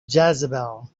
jezebel